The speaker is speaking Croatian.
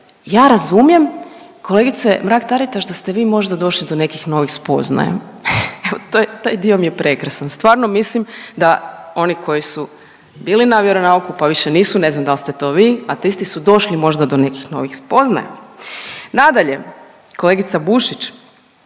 ja razumijem kolegice Mrak-Taritaš da ste vi možda došli do nekih novih spoznaja. Evo to je, taj dio mi je prekrasan. Stvarno mislim da oni koji su bili na vjeronauku, pa više nisu, ne znam dal ste to vi, ateisti su došli možda do nekih novih spoznaja. Nadalje, kolegica Bušić,